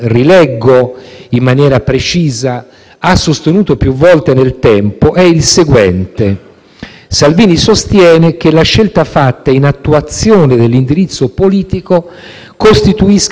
Salvini sostiene che la scelta fatta in attuazione dell'indirizzo politico costituisca di per sé espressione di un interesse pubblico a tutela della sicurezza nazionale.